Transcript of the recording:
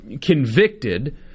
convicted